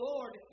Lord